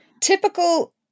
typical